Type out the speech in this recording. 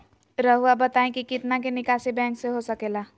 रहुआ बताइं कि कितना के निकासी बैंक से हो सके ला?